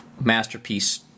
masterpiece